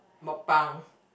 MukBang